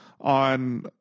on